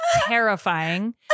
terrifying